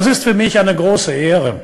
אני מודע לכך,